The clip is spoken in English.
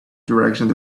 direction